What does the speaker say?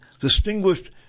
distinguished